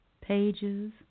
Pages